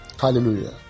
Hallelujah